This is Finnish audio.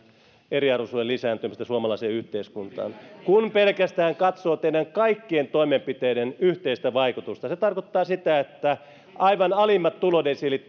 eriarvoisuuden lisääntymistä suomalaiseen yhteiskuntaan kun pelkästään katsoo kaikkien teidän toimenpiteidenne yhteistä vaikutusta se tarkoittaa sitä että aivan alimmat tulodesiilit